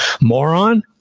moron